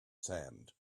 sand